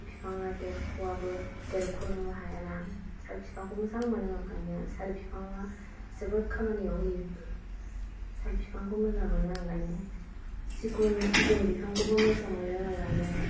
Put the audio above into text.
साल बिफाङा देरख'आबो देरख'नो हायाना साल बिफांखौ मोजां मोनो आं गायनो साल बिफाङा जोबोद खामानियाव होयो साल फिफांखौ मोजां मोनो आं गायनो सिगुन सिगुन बिफांखौबो मोजां मोनो आं गायनो